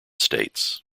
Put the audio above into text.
states